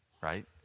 right